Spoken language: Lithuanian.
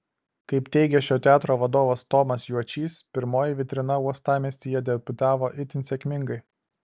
kaip teigė šio teatro vadovas tomas juočys pirmoji vitrina uostamiestyje debiutavo itin sėkmingai